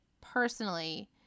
personally